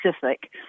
Pacific